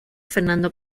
fernando